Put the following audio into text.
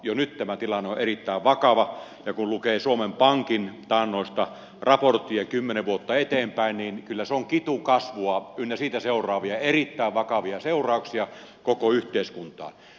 jo nyt tämä tilanne on erittäin vakava ja kun lukee suomen pankin taannoista raporttia kymmenen vuotta eteenpäin niin kyllä se on kitukasvua ynnä siitä seuraavia erittäin vakavia seurauksia koko yhteiskuntaan